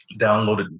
downloaded